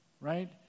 right